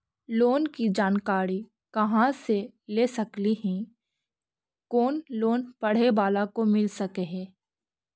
Loan की जानकारी कहा से ले सकली ही, कोन लोन पढ़े बाला को मिल सके ही?